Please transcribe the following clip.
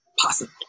possible